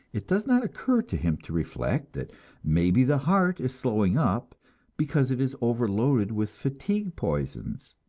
it does not occur to him to reflect that maybe the heart is slowing up because it is overloaded with fatigue poisons,